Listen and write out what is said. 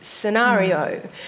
Scenario